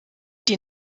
die